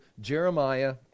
Jeremiah